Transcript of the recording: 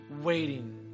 waiting